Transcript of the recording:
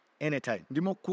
anytime